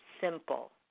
simple